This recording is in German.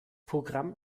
programm